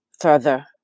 further